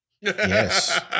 Yes